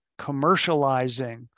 commercializing